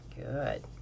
Good